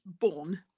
born